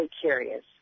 curious